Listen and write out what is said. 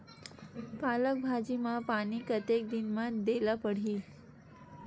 पालक भाजी म पानी कतेक दिन म देला पढ़ही?